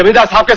i mean that's how